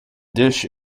dish